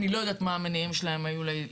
אני לא יודעת מה היו המניעים שלהם להתגייסות,